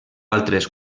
altres